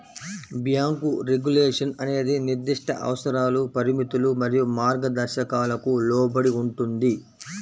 bank regulation అనేది నిర్దిష్ట అవసరాలు, పరిమితులు మరియు మార్గదర్శకాలకు లోబడి ఉంటుంది,